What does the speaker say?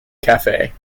cafe